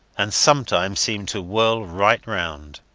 and sometimes seemed to whirl right round